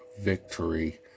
victory